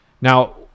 Now